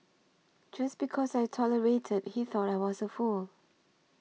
just because I tolerated he thought I was a fool